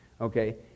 okay